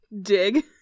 dig